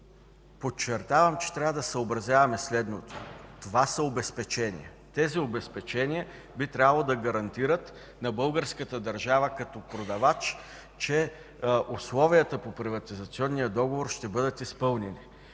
Подчертавам, че трябва да съобразяваме следното: това са обезпечения. Тези обезпечения би трябвало да гарантират на българската държава като продавач, че условията по приватизационния договор ще бъдат изпълнени.